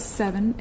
seven